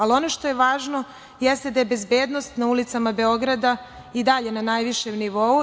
Ali, ono što je važno jeste da je bezbednost na ulicama Beograda i dalje na najvišem nivou.